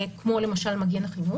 כמו למשל מגן חינוך,